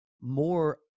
more